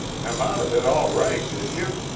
come out of it all right, did you?